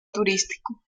turístico